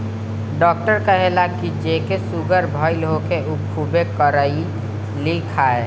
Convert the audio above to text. doctor कहेला की जेके सुगर भईल होखे उ खुबे करइली खाए